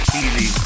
easy